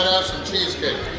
cheesecake!